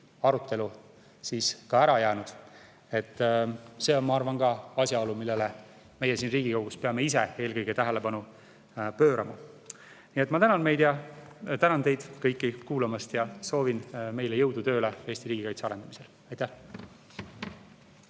arutelu siis ära jäänud. See on, ma arvan, ka asjaolu, millele meie siin Riigikogus peame eelkõige ise tähelepanu pöörama. Ma tänan teid kõiki kuulamast ja soovin meile jõudu tööle Eesti riigikaitse arendamisel. Aitäh!